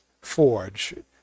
forge